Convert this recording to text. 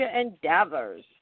endeavors